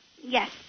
Yes